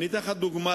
אני אתן לך דוגמה,